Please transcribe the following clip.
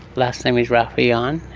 last name is rafieyan.